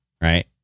Right